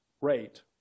rate